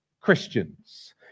Christians